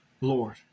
Lord